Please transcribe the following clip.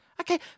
Okay